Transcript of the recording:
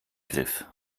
griff